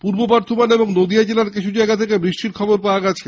পূর্ব বর্ধমান এবং নদীয়া জেলার কিছু জায়গা থেকে বৃষ্টির খবর পাওয়া গেছে